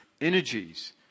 energies